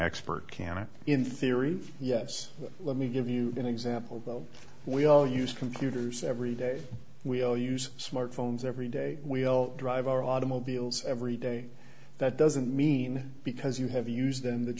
expert can it in theory yes let me give you an example though we all use computers every day we all use smartphones every day we'll drive our automobiles every day that doesn't mean because you have used them that